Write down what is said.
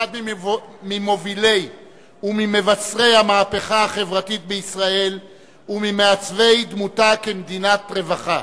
ממוביליה וממבשריה של המהפכה החברתית בישראל וממעצבי דמותה כמדינת רווחה.